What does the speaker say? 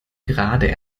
gerade